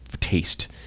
taste